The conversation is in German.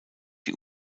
die